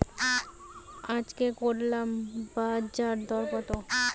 আজকে করলার বাজারদর কত?